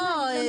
לא.